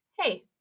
Hey